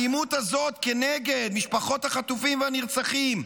האלימות הזאת כנגד משפחות החטופים והנרצחים,